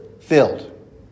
filled